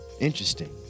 Interesting